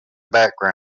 background